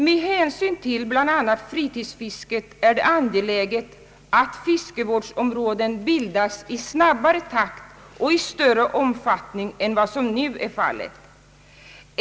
Med hänsyn till bl.a. fritidsfisket är det angeläget att fiskevårdsområden bildas i snabbare takt och i större omfattning än vad som nu är fallet.